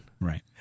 Right